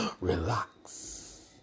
Relax